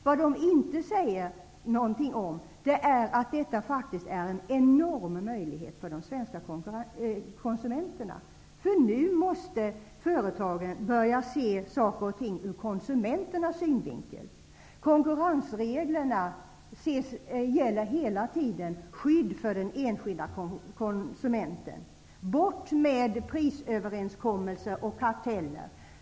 Vad man inte säger någonting om är att detta faktiskt är en enorm möjlighet för de svenska konsumenterna. Nu måste företagen börja se saker och ting ur konsumenternas synvinkel. Konkurrensreglerna gäller hela tiden skydd för den enskilda konsumenten. Bort med prisöverenskommelser och karteller!